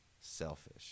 selfish